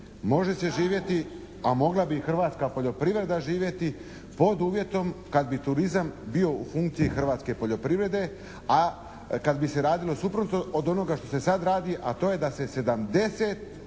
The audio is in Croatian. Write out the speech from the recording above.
Može se živjeti a mogla bi i hrvatska poljoprivreda živjeti pod uvjetom kad bi turizam bio u funkciji hrvatske poljoprivrede, a kad bi se radilo suprotno od onoga što se sad radi, a to je da se 70%